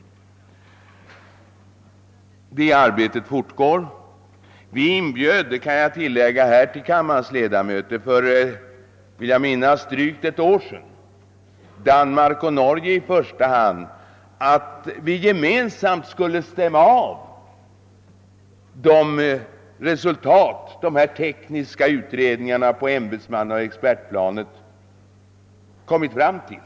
Det arbetet fortgår. Jag kan här för kammarens ledamöter tillägga, att vi inbjöd för jag vill: minnas drygt ett år sedan Danmark och Norge att gemensamt stämma av de resultat dessa tekniska utredningar på ämbetsmannaoch expertplanet kommit fram till.